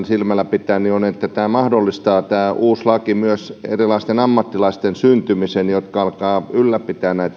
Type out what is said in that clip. silmällä pitäen on että tämä laki mahdollistaa myös sellaisten erilaisten ammattilaisten syntymisen jotka alkavat ylläpitämään